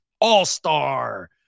All-star